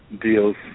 deals